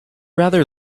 rather